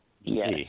yes